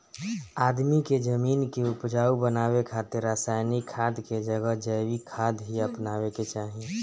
आदमी के जमीन के उपजाऊ बनावे खातिर रासायनिक खाद के जगह जैविक खाद ही अपनावे के चाही